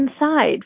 inside